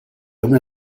una